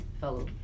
fellow